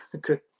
good